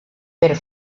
per